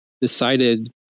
decided